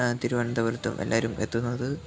തിരുവനന്തപുരത്തും എല്ലാവരും എത്തുന്നത്